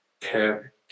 care